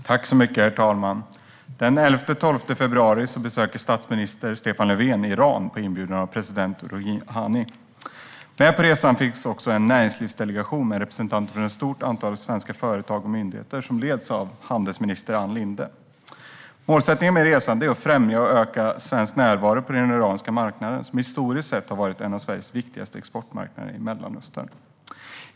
Herr talman! Den 11-12 februari besöker statsminister Stefan Löfven Iran på inbjudan av president Rohani. Med på resan finns också en näringslivsdelegation med representanter för ett stort antal svenska företag och myndigheter ledd av handelsminister Ann Linde. Målsättningen med resan är att främja och öka svensk närvaro på den iranska marknaden, som historiskt sett har varit en av Sveriges viktigaste exportmarknader i Mellanöstern.